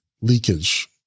leakage